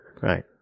Right